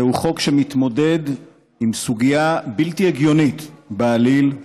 זהו חוק שמתמודד עם סוגיה בלתי הגיונית בעליל,